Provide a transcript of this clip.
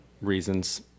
reasons